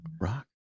Rock